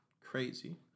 Crazy